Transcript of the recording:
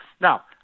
Now